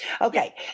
Okay